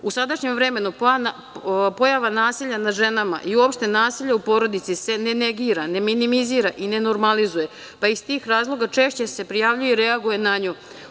U sadašnjem vremenu pojava nasilja nad ženama i uopšte nasilja u porodici se ne negira, ne minimizira i nenormalizuje, pa i iz tih razloga češće se prijavljuje i reaguje na nju.